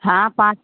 हाँ पाँच